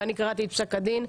ואני קראתי את פסק הדין,